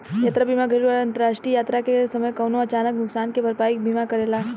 यात्रा बीमा घरेलु चाहे अंतरराष्ट्रीय यात्रा के समय कवनो अचानक नुकसान के भरपाई बीमा करेला